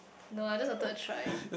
no I just wanted to try